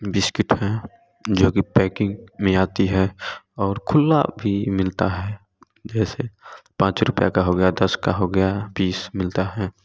biscuit है जो packing में आती है और खुला भी मिलता है जैसे पाँच रुपये का हो गया दस का हो गया बीस मिलता है